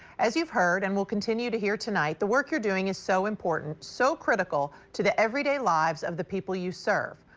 as you've heard and will continue to hear tonight the work you're doing is so important, so critical to the everyday lives of the people you serve.